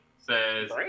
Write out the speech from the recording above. says